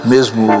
Mesmo